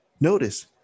Notice